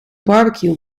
barbecue